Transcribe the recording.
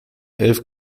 elf